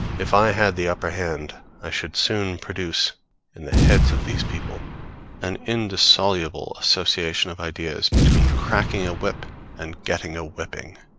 if i had the upper hand, i should soon produce in the heads of these people an indissoluble association of ideas between cracking a whip and getting a whipping.